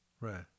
Right